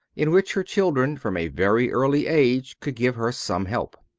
in which her children from a very early age could give her some help.